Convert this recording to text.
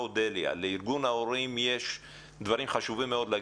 אודליה, בבקשה.